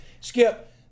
Skip